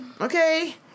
Okay